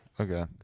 Okay